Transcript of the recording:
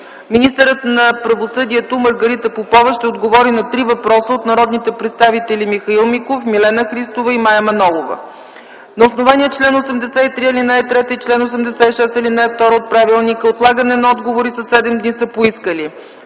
Министърът на правосъдието Маргарита Попова ще отговори на три въпроса от народните представители Михаил Миков, Милена Христова и Мая Манолова. На основание чл. 83, ал. 3 и чл. 86, ал. 2 от Правилника отлагане на отговори със седем дни са поискали